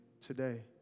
today